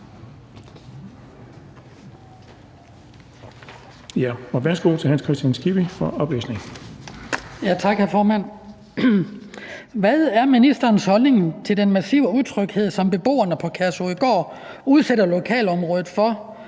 Hvad er ministerens holdning til den massive utryghed, som beboerne på Kærshovedgård udsætter lokalområdet for,